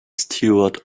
steward